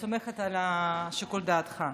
סומכת על שיקול דעתך.